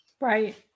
Right